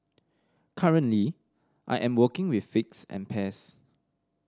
currently I am working with figs and pears